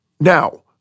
Now